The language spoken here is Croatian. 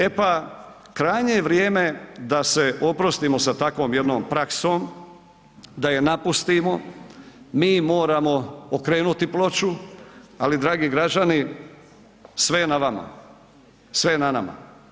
E pa, krajnje je vrijeme da se oprostimo sa takvom jednom praksom, da je napustimo, mi moramo okrenuti ploču ali dragi građani, sve je na vama, sve je na nama.